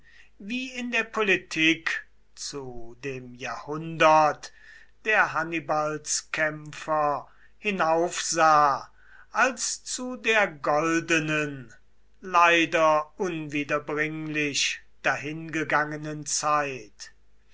wie in der politik zu dem jahrhundert der hannibalskämpfer hinaufsah als zu der goldenen leider unwiederbringlich dahingegangenen zeit